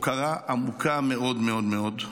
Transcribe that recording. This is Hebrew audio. הוקרה עמוקה מאוד מאוד מאוד.